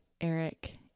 Eric